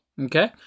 Okay